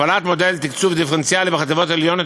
הפעלת מודל תקצוב דיפרנציאלי בחטיבות העליונות